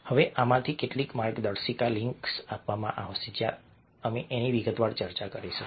હવે આમાંની કેટલીક માર્ગદર્શિકા લિંક્સમાં આપવામાં આવશે જ્યાં અમે આની વિગતવાર ચર્ચા કરીશું